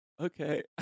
Okay